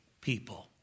people